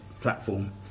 platform